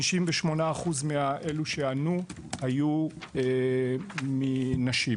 58% מאלו שענו היו מנשים.